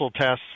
tests